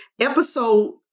episode